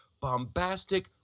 bombastic